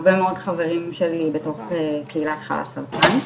אנחנו רק נבקש להתחיל לצמצם כי יש לנו הרבה דוברים וקצת זמן.